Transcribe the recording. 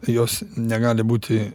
jos negali būti